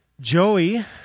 Joey